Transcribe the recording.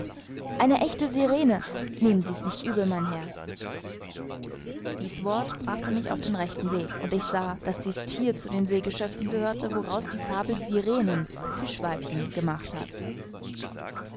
eine echte sirene nehmen sie's nicht übel mein herr dies wort brachte mich auf den rechten weg und ich sah daß dies thier zu den seegeschöpfen gehörte woraus die fabel sirenen fischweibchen gemacht hat